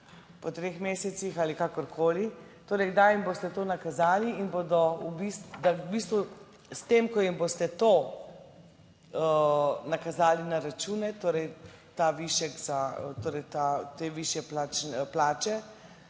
po treh mesecih ali kakorkoli, torej, kdaj jim boste to nakazali in bodo v bistvu s tem, ko jim boste to nakazali na račune, torej ta višek za,